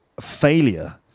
failure